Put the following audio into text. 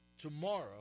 tomorrow